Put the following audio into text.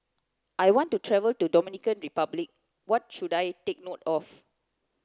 I want to travel to Dominican Republic What should I take note of